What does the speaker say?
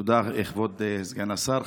תודה, כבוד סגן השר.